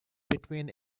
between